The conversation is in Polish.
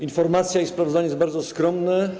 Informacja i sprawozdanie są bardzo skromne.